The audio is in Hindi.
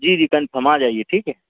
जी जी कंफम आ जाइए ठीक है